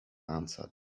answered